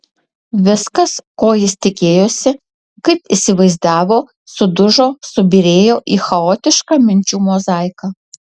viskas ko jis tikėjosi kaip įsivaizdavo sudužo subyrėjo į chaotišką minčių mozaiką